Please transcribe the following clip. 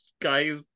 guys